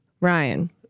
Ryan